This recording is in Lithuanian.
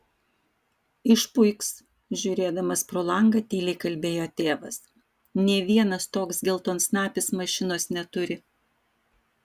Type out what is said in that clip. išpuiks žiūrėdamas pro langą tyliai kalbėjo tėvas nė vienas toks geltonsnapis mašinos neturi